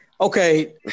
Okay